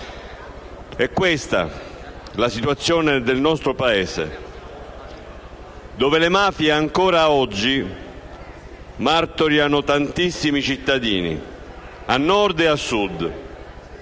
È questa la situazione del nostro Paese, dove le mafie ancora oggi martoriano tanti cittadini, a Nord e a Sud,